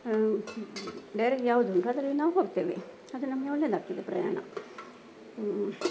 direct ಯಾವುದುಂಟು ಅದರಲ್ಲಿ ನಾವು ಹೋಗ್ತೇವೆ ಅದು ನಮಗೆ ಒಳ್ಳೆಯದಾಗ್ತದೆ ಪ್ರಯಾಣ